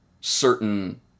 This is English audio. certain